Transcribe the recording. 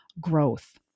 growth